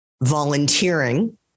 volunteering